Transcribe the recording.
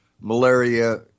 malaria